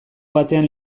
batean